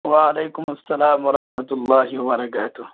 وعلیکم السلام ورحمۃ اللہ وبرکاتہ